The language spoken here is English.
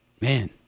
man